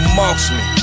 marksman